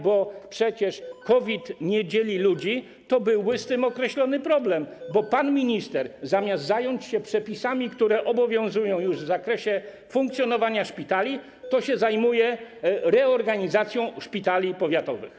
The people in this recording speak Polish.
bo przecież Covid nie dzieli ludzi, to byłby z tym określony problem, bo pan minister, zamiast zająć się przepisami, które obowiązują już w zakresie funkcjonowania szpitali, zajmuje się reorganizacją szpitali powiatowych.